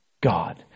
God